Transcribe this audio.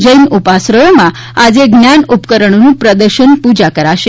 જૈન ઉપાશ્રયોમાં આજે જ્ઞાન ઉપકરણોનું પ્રદર્શન પૂજા કરાશે